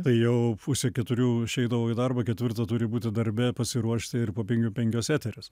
tai jau pusę keturių išeidavau į darbą ketvirtą turi būti darbe pasiruošti ir po penkių penkios eteris